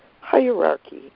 hierarchy